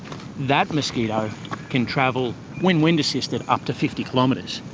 that mosquito can travel, when wind assisted, up to fifty kilometres.